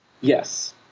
Yes